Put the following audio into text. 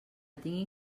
tinguin